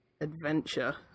adventure